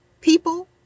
people